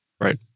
right